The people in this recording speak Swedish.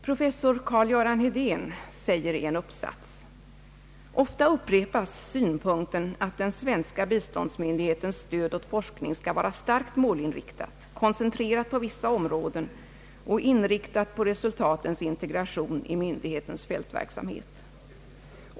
Professor Carl-Göran Hedén säger i en uppsats: »Ofta upprepas synpunkten att den svenska biståndsmyndighetens stöd åt forskning skall vara starkt målinriktat, koncentrerat på vissa områden och inriktat på resultatens integration i myndighetens fältverksamhet.